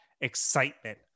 excitement